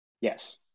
Yes